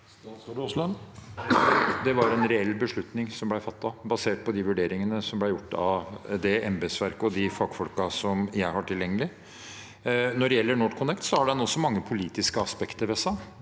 Det var en reell beslutning som ble fattet, basert på de vurderingene som ble gjort av det embetsverket og de fagfolkene jeg har tilgjengelig. Når det gjelder NorthConnect, har den også mange politiske aspekter ved